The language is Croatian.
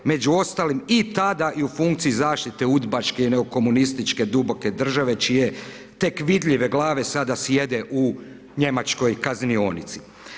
Među ostalim i tada i u funkciji zaštite udbaške neokomunističke duboke države čije tek vidljive glave sada sjede u njemačkoj kaznionici.